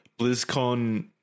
BlizzCon